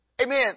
Amen